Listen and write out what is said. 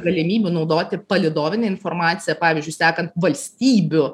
galimybių naudoti palydovinę informaciją pavyzdžiui sekant valstybių